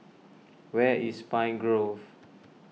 where is Pine Grove